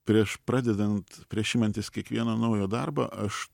prieš pradedant prieš imantis kiekvieno naujo darbo aš